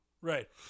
Right